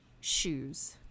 shoes